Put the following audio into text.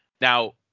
now